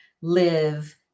live